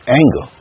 anger